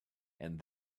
and